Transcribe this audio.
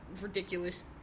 ridiculous